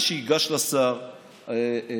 כי זה רעיון טוב.